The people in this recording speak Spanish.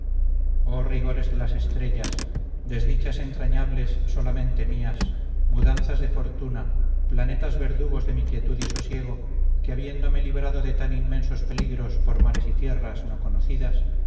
oh rigores de las estrellas desdichas entrañables solamente mías mudanzas de fortuna planetas verdugos de mi quietud y sosiego que habiéndome librado de tan inmensos peligros por mares y tierras no conocidas